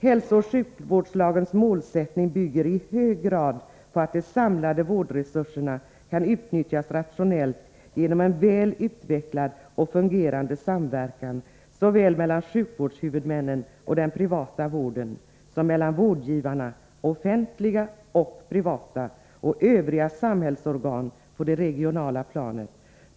HSL:s målsättning bygger i hög grad på att de samlade vårdresurserna kan utnyttjas rationellt genom en väl utvecklad och fungerande samverkan såväl mellan sjukvårdshuvudmännen och den privata vården som mellan vårdgivarna — offentliga och privata — och övriga samhällsorgan på det regionala planet.